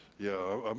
yeah, um